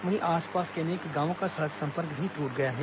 वहीं आसपास के अनेक गांवों का सड़क संपर्क भी ट्रट गया है